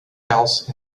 else